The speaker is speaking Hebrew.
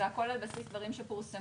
המסמך מבוסס על דברים שפורסמו,